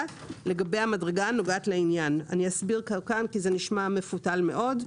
לגבי המדרגה הנוגעת לעניין." אני אסביר כאן כי זה נשמע מפותל מאוד.